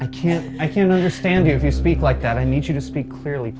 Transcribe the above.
i can't i can't understand if you speak like that i need you to speak clearly